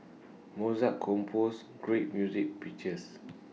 Mozart composed great music pieces